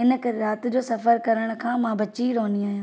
हिन करे राति जो सफ़रु करण खां मां बची रहन्दी आहियां